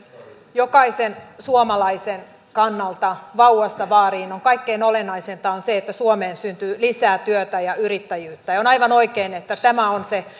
jokaisen suomalaisen kannalta vauvasta vaariin kaikkein olennaisinta on se että suomeen syntyy lisää työtä ja yrittäjyyttä ja on aivan oikein että tämä on se